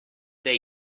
they